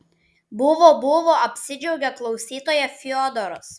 buvo buvo apsidžiaugė klausytoja fiodoras